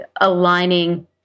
aligning